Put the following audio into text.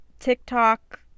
TikTok